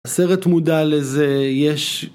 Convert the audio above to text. הסרט מודע לזה, יש...